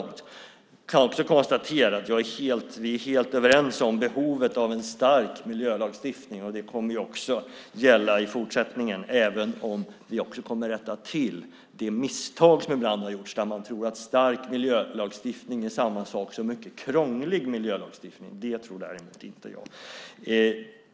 Jag kan också konstatera att vi är helt överens om behovet av en stark miljölagstiftning. Det kommer också att gälla i fortsättningen även om vi också kommer att rätta till de misstag som ibland har gjorts när man tror att stark miljölagstiftning är samma sak som mycket krånglig miljölagstiftning. Det tror däremot inte jag.